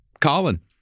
Colin